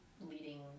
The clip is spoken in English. leading